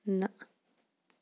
نَہ